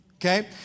Okay